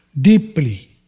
deeply